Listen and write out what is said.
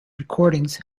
recordings